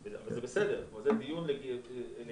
זה בסדר, זה דיון לגיטימי.